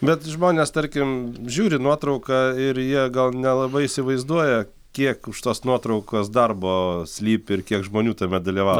bet žmonės tarkim žiūri į nuotrauką ir jie gal nelabai įsivaizduoja kiek už tos nuotraukos darbo slypi ir kiek žmonių tame dalyvavo